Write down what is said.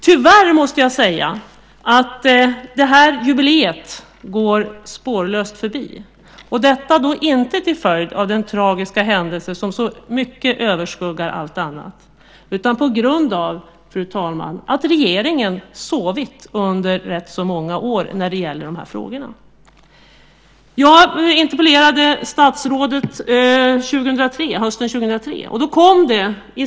Tyvärr, måste jag säga, går det här jubileet spårlöst förbi - detta inte till följd av den tragiska händelse som så mycket överskuggar allt annat utan, fru talman, på grund av att regeringen har sovit i rätt så många år när det gäller de här frågorna. Hösten 2003 interpellerade jag statsrådet i fråga.